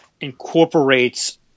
incorporates